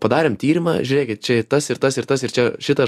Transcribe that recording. padarėm tyrimą žiūrėkit čia tas ir tas ir tas ir čia šitą